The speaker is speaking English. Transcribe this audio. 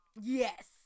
Yes